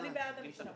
מי בעד אישור